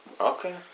Okay